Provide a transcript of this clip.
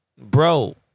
bro